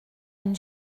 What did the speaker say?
une